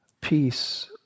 peace